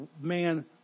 man